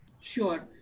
Sure